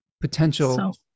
potential